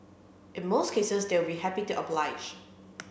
in most cases they will be happy to oblige